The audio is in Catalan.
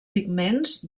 pigments